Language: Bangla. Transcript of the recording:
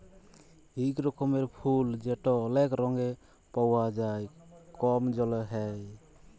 ইক রকমের ফুল যেট অলেক রঙে পাউয়া যায় কম জলে হ্যয়